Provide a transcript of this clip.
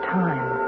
time